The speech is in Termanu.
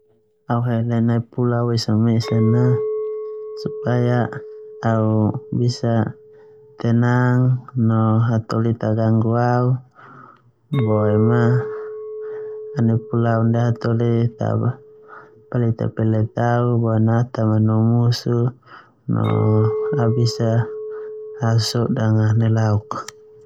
Au hel nai pulau esa mesan supya au bisa tenang no hataholi ta ganggu ta ganggu au boema nai pulau ndia hataholi ta paleta-paleta au boema au ta manu musuh no au bisa sodang a nelauk.